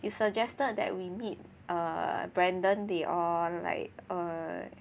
you suggested that we meet err Brandon they all like err